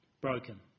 broken